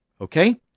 Okay